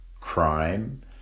crime